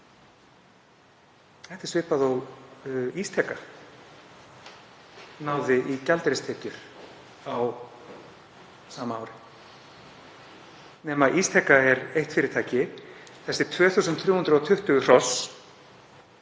Þetta er svipað og Ísteka náði í gjaldeyristekjur á sama ári, nema Ísteka er eitt fyrirtæki, en þessi 2.320 hross